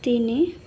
ତିନି